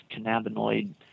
cannabinoid